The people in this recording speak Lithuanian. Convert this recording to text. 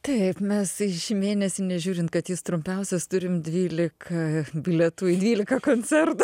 taip mes šį mėnesį nežiūrint kad jis trumpiausias turim dvylika bilietų į dvylika koncertų